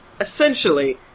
essentially